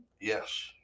Yes